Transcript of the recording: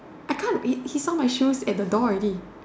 I can't he saw my shoes at the door already